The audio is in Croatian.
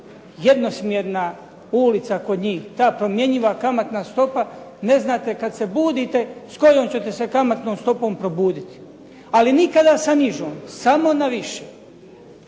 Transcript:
jednosmjerna ulica kod njih, ta promjenjiva kamatna stopa. Ne znate kad se budite s kojom ćete se kamatnom stopom probuditi. Ali nikada sa nižom. Samo na više.